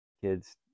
kids